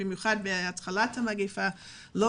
במיוחד בתחילת המגפה היה אילוץ כשהאחיות